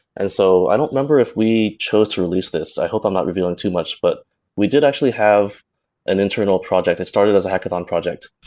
and so i don't remember if we chose to release this. i hope i'm not revealing too much, but we did actually have an internal project. it started as a hackathon project,